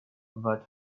that